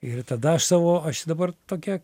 ir tada aš savo aš dabar tokia